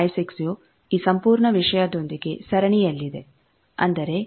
56 ಯು ಈ ಸಂಪೂರ್ಣ ವಿಷಯದೊಂದಿಗೆ ಸರಣಿಯಲ್ಲಿದೆಅಂದರೆ 141